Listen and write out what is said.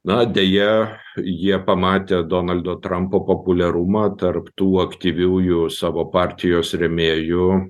na deja jie pamatė donaldo trampo populiarumą tarp tų aktyviųjų savo partijos rėmėjų